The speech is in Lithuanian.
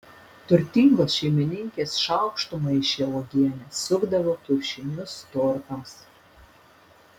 turtingos šeimininkės šaukštu maišė uogienę sukdavo kiaušinius tortams